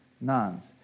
nuns